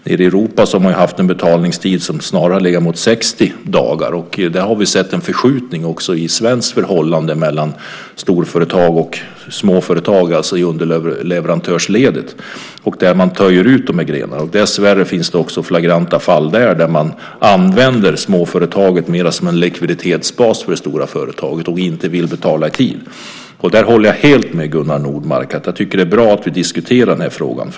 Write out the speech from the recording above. Nere i Europa har man haft en betalningstid som snarare har legat uppemot 60 dagar. Där har vi sett en förskjutning också i svenska förhållanden mellan storföretag och småföretag i underleverantörsledet. Man töjer på gränserna. Dessvärre finns det också flagranta fall där man använder småföretaget som en likviditetsbas för det stora företaget och inte vill betala i tid. Där håller jag helt med Gunnar Nordmark; jag tycker att det är bra att vi diskuterar frågan.